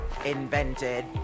Invented